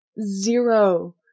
Zero